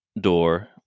door